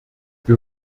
wir